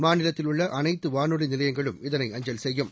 மாநிலத்தில் உள்ளஅனைத்துவானொலிநிலையங்களும் இதனை அஞ்சல் செய்யும்